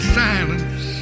silence